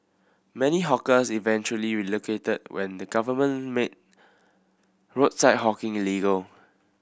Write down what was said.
many hawkers eventually relocated when the government made roadside hawking illegal